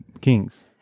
Kings